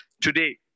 Today